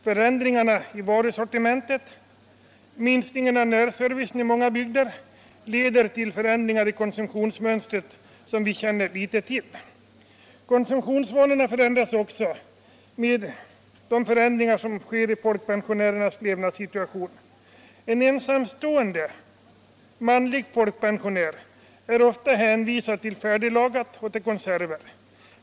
Förändringarna i varusortimentet och minskningen i närservicen i många bygder leder till förändringar i konsumtionsmönstret, som vi känner mycket litet till. Konsumtionsvanorna förändras också med de förändringar som sker i folkpensionärernas levnadssituation. En ensamstående manlig pensionär är ofta hänvisad till färdiglagad mat och konserver.